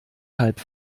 halb